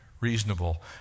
reasonable